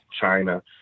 China